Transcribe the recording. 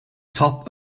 top